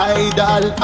idol